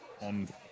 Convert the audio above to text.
on